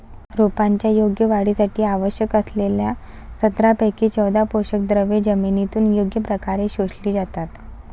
रोपांच्या योग्य वाढीसाठी आवश्यक असलेल्या सतरापैकी चौदा पोषकद्रव्ये जमिनीतून योग्य प्रकारे शोषली जातात